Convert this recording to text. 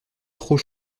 trop